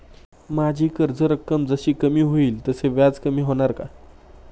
माझी कर्ज रक्कम जशी कमी होईल तसे व्याज कमी होणार का?